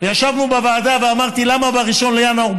וישבנו בוועדה ואמרתי: למה ב-1 בינואר?